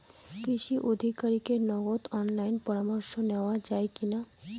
কৃষি আধিকারিকের নগদ অনলাইন পরামর্শ নেওয়া যায় কি না?